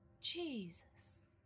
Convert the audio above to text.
Jesus